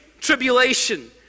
tribulation